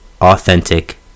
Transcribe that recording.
authentic